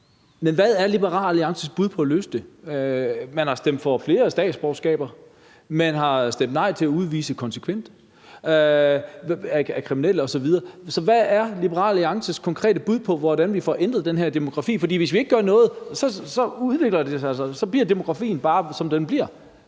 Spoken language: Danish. Men hvad er Liberal Alliances bud på at løse det? Man har stemt for flere statsborgerskaber, og man har stemt nej til at udvise kriminelle osv. konsekvent. Så hvad er Liberal Alliances konkrete bud på, hvordan vi får ændret den her demografi? For hvis vi ikke gør noget, udvikler det sig, og så bliver demografien bare, som den bliver.